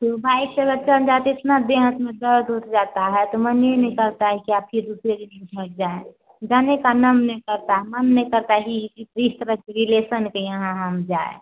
जो बाइक जाते थे ना देह में दर्द उठ जाता है तो मन ही नहीं करता है कि आपके दूसरे उधर जाएँ जाने का नाम नहीं करता है मन नहीं करता है कि इस तरह के रिलेसन के यहाँ हम जाएँ